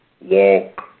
walk